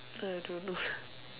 I don't know